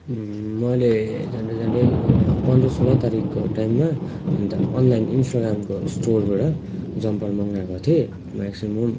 मैले झन्डै झन्डै पन्ध्र सोह्र तारिकको टाइममा अन्त अनलाइन इन्स्टाग्रामको स्टोरबाट जम्पर मगाएको थिएँ मेक्सिमम्